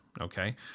okay